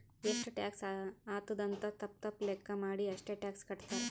ಎಷ್ಟು ಟ್ಯಾಕ್ಸ್ ಆತ್ತುದ್ ಅಂತ್ ತಪ್ಪ ತಪ್ಪ ಲೆಕ್ಕಾ ಮಾಡಿ ಅಷ್ಟೇ ಟ್ಯಾಕ್ಸ್ ಕಟ್ತಾರ್